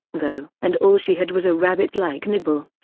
though. and all she had was a rabbit-like nibble.